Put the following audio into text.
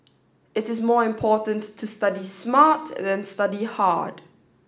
it is more important to study smart than study hard